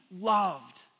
loved